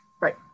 Right